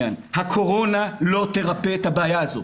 הקורונה לא תרפא את הבעיה הזאת,